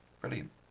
Brilliant